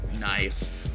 Nice